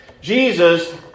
Jesus